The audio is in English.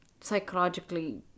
psychologically